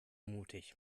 mutig